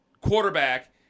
quarterback